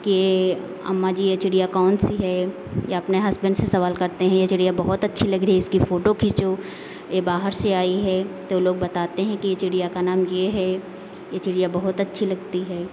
कि ये अम्मा जी ये चिड़िया कौन सी है या अपने हस्बैंड से सवाल करते हैं ये चिड़िया बहुत अच्छी लग रही है इसकी फोटो खीचों ये बाहर से आई है तो लोग बताते हैं ये चिड़िया ये है ये चिड़िया बहुत अच्छी लगती है